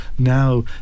Now